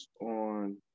on